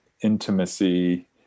intimacy